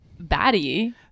baddie